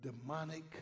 demonic